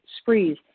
sprees